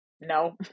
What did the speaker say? no